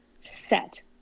set